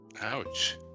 Ouch